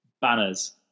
Banners